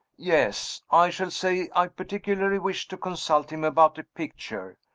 yes. i shall say i particularly wish to consult him about a picture.